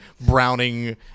browning